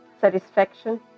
satisfaction